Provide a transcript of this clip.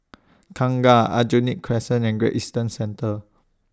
Kangkar Aljunied Crescent and Great Eastern Centre